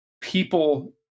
people